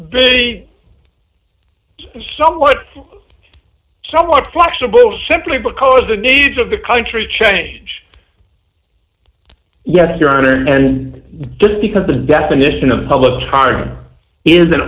me somewhat somewhat flexible simply because the needs of the country change yes your honor and just because the definition of